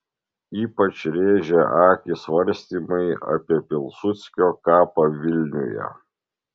ypač rėžia akį svarstymai apie pilsudskio kapą vilniuje